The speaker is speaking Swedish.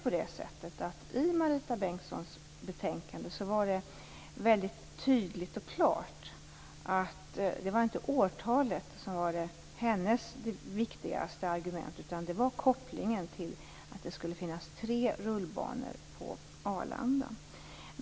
I Marita Bengtssons betänkande var det väldigt tydligt och klart att det inte var årtalet som var hennes viktigaste argument, utan det var kopplingen till att det skulle finnas tre rullbanor på Arlanda.